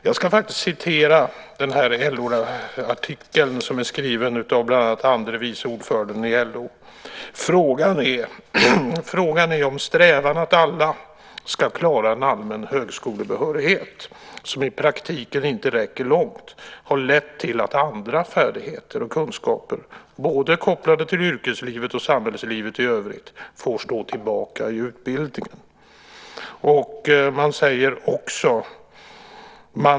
Jag ska citera LO-artikeln, skriven av bland annat andre vice ordföranden i LO: "Frågan är om strävan att alla ska klara en allmän högskolebehörighet, som i praktiken inte räcker långt, har lett till att andra färdigheter och kunskaper, både kopplade till yrkeslivet och samhällslivet i övrigt, får stå tillbaka i utbildningen.